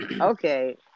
Okay